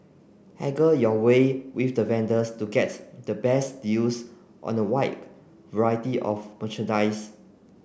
haggle your way with the vendors to get the best deals on a wide variety of merchandise